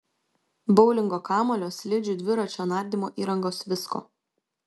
boulingo kamuolio slidžių dviračio nardymo įrangos visko